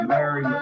Mary